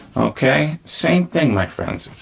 okay, same thing, my friends.